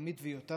עמית ויותם,